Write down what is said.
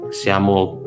siamo